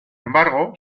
embargo